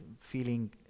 feeling